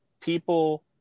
people